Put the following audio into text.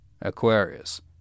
Aquarius